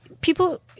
people